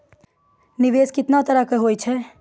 निवेश केतना तरह के होय छै?